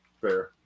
Fair